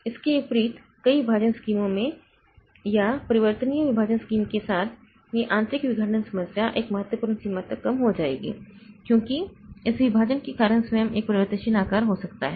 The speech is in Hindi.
इसके विपरीत कई विभाजन स्कीमों में या परिवर्तनीय विभाजन स्कीम के साथ यह आंतरिक विखंडन समस्या एक महत्वपूर्ण सीमा तक कम हो जाएगी क्योंकि इस विभाजन के कारण स्वयं एक परिवर्तनशील आकार हो सकता है